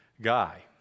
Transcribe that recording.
guy